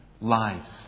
lives